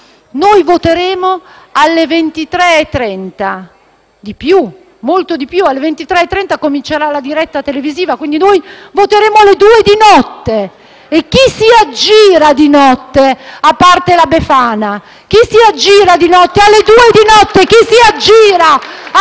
Noi voteremo alle 23,30. Anzi, no, molto più tardi. Alle 23,30 comincerà la diretta televisiva. Quindi, noi voteremo alle 2 di notte. E chi si aggira di notte, a parte la Befana? Chi si aggira alle 2 di notte a parte